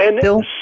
Bill